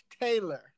Taylor